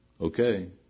okay